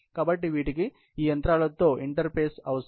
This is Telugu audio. కాబట్టి వీటికి ఈ యంత్రాలతో ఇంటర్ఫేస్ అవసరం